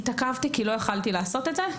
התעכבתי ולא יכולתי לעשות את זה.